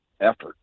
efforts